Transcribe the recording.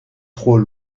trop